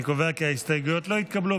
אני קובע כי ההסתייגויות לא התקבלו.